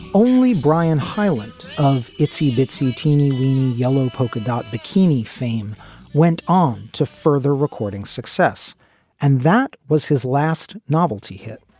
only brian highland of itsy bitsy teeny weeny yellow polka dot bikini fame went on to further recording success and that was his last novelty hit.